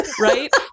Right